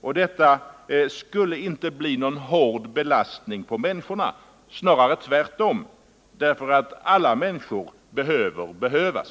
Och detta skulle inte bli någon hård belastning på människorna, snarare tvärtom, därför att alla människor behöver behövas.